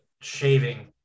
shaving